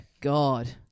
God